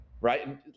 right